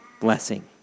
blessing